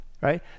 right